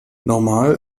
normal